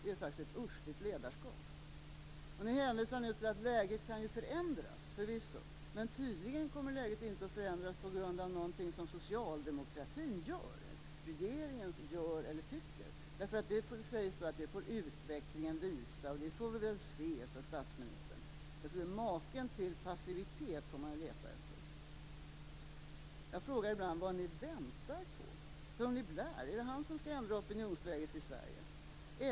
Det är faktiskt ett uschligt ledarskap. Ni hänvisar nu till att läget kan förändras. Förvisso. Men tydligen kommer läget inte att förändras på grund av någonting som socialdemokratin eller regeringen gör eller tycker. "Det får utvecklingen visa", "Det får vi väl se", sade statsministern. Maken till passivitet får man leta efter. Jag frågar ibland vad ni väntar på. Är det Tony Blair som skall ändra opinionsläget i Sverige?